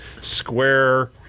square